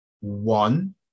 One